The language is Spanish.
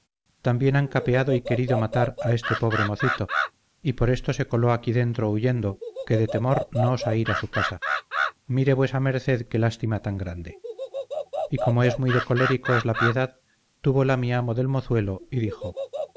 también han capeado y querido matar a este pobre mocito y por esto se coló aquí dentro huyendo que de temor no osa ir a su casa mire vuesa merced qué lástima tan grande y como es muy de coléricos la piedad túvola mi amo del mozuelo y dijo